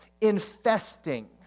Infesting